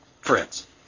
friends